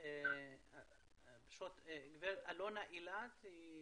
גב' אלונה אילת היא